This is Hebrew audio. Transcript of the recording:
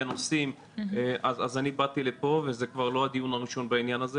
נוסעים אז אני באתי לפה וזה לא הדיון הראשון בעניין הזה.